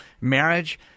marriage